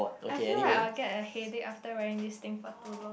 I feel like I'll get a headache after wearing this thing for too long